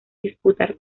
disputar